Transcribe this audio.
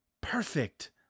perfect